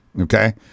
okay